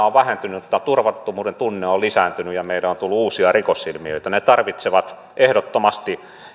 on vähentynyt mutta turvattomuuden tunne on lisääntynyt ja meille on tullut uusia rikosilmiöitä tarvitaan ehdottomasti